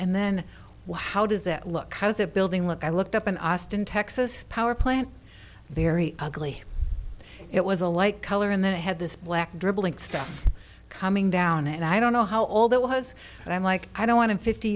and then wow how does that look how does it building look i looked up in austin texas power plant very ugly it was a light color and then i had this black dribbling stuff coming down and i don't know how all that was but i'm like i don't want to fifty